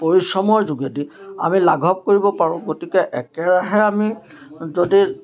পৰিশ্ৰমৰ যোগেদি আমি লাঘৱ কৰিব পাৰোঁ গতিকে একেৰাহে আমি যদি